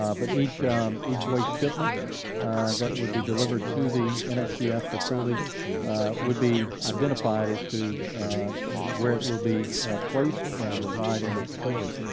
um but each um each way shipment that would be delivered to the nsdf facility would be identified as to where it will be placed, and reside in the facility.